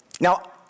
now